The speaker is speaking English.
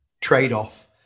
trade-off